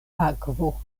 akvo